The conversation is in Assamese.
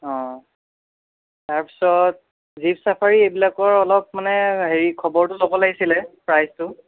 অঁ তাৰ পিছত জীপ ছাফাৰী এইবিলাকৰ অলপ মানে হেৰি খবৰটো ল'ব লাগিছিলে প্ৰাইচটো